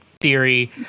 theory